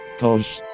cause